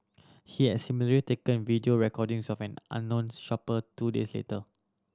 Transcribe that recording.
he had similarly taken video recordings of an unknown shopper two days later